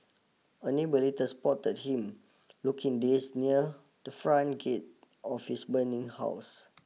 a neighbour later spotted him looking dazed near the front gate of his burning house